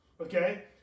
okay